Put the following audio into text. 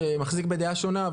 שמחזיק בדעה שונה,